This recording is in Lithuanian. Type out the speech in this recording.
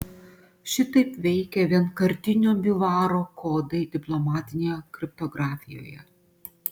šitaip veikia vienkartinio biuvaro kodai diplomatinėje kriptografijoje